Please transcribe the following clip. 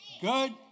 Good